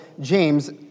James